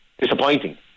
disappointing